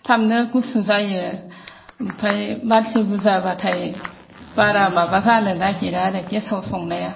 थाबनो गुसु जायो ओमफ्राय मानसि बुरजाब्लाथाय बारा माबा जानो नागेरा आरो गेसाव संनाया